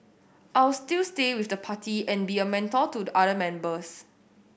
I'll still stay with the party and be a mentor to the other members